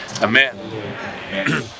Amen